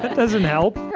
doesn't help